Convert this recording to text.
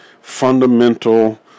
fundamental